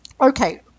Okay